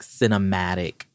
cinematic